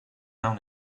much